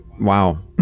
Wow